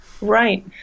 Right